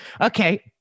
okay